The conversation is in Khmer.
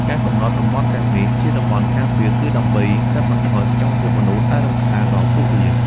ការកំណត់តំបន់ទាំងនេះជាតំបន់ការពារ គឺដើម្បីកាត់បន្ថយសកម្មភាពមនុស្សដែលរំខានដល់ពួកវា។